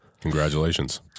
Congratulations